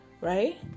right